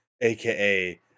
aka